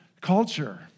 culture